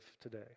today